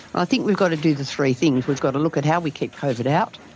i think we've got to do the three things, we've got to look at how we keep covid out,